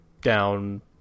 down